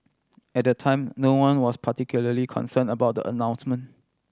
at the time no one was particularly concern about the announcement